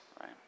Right